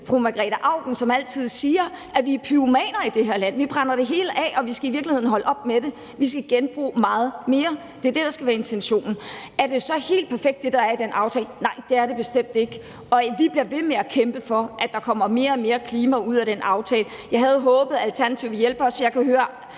fru Margrete Auken, som altid siger, at vi er pyromaner i det her land. Vi brænder det hele af, og vi skal i virkeligheden holde op med det. Vi skal genbruge meget mere. Det er det, der skal være intentionen. Er det, der er i den aftale, så helt perfekt? Nej, det er det bestemt ikke, og vi bliver ved med at kæmpe for, at der kommer mere og mere klima ud af den aftale. Jeg havde håbet, at Alternativet ville hjælpe os – jeg kan høre,